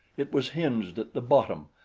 it was hinged at the bottom,